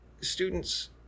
students